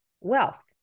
wealth